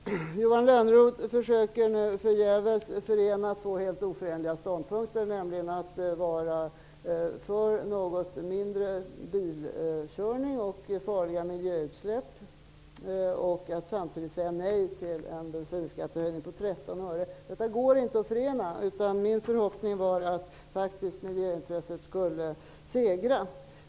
Herr talman! Johan Lönnroth försöker förgäves förena två helt oförenliga ståndpunkter, nämligen att vara för mindre bilkörning och mindre farliga miljöutsläpp och att samtidigt säga nej till en bensinskattehöjning på 13 öre. Dessa ståndpunkter gå inte att förena. Min förhoppning var att miljöintresset skulle segra.